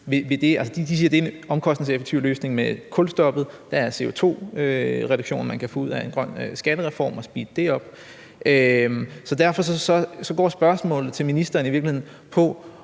De siger, at det er en omkostningseffektiv løsning med kulstoppet, og der er en CO2-reduktion, man kan få ud af en grøn skattereform og speede det op. Så derfor går spørgsmålet til ministeren i virkeligheden på,